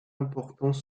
importants